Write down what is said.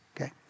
Okay